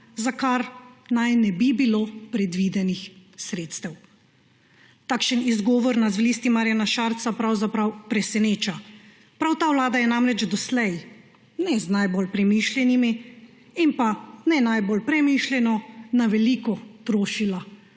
za kar naj ne bi bilo predvidenih sredstev. Takšen izgovor nas v Listi Marjana Šarca pravzaprav preseneča. Prav ta vlada je namreč doslej ne najbolj premišljeno na veliko trošila